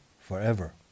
forever